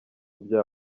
byaha